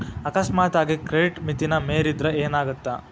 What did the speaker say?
ಅಕಸ್ಮಾತಾಗಿ ಕ್ರೆಡಿಟ್ ಮಿತಿನ ಮೇರಿದ್ರ ಏನಾಗತ್ತ